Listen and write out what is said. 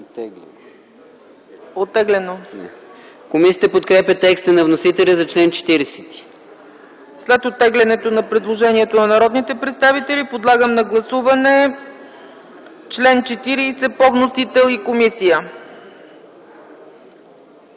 КРАСИМИР ЦИПОВ: Комисията подкрепя текста на вносителя за чл. 40. След оттеглянето на предложението на народните представители, подлагам на гласуване чл. 40 по вносител и комисия.